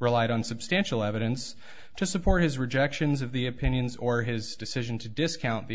relied on substantial evidence to support his rejections of the opinions or his decision to discount the